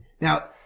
Now